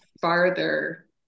farther